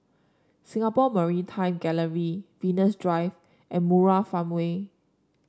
Singapore Maritime Gallery Venus Drive and Murai Farmway